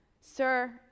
Sir